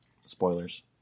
spoilers